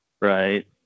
right